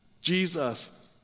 Jesus